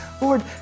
Lord